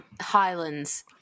highlands